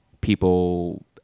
people